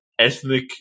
ethnic